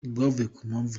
impamvu